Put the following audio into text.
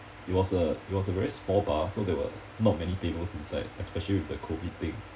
it was a it was a very small bar so there were not many tables inside especially with the COVID thing